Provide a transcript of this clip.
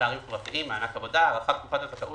פערים חברתיים (מענק עבודה) (הארכת תקופת הזכאות